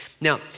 Now